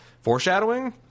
Foreshadowing